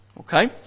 Okay